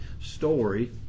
story